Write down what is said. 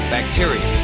Bacteria